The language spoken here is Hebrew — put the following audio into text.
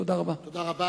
תודה רבה.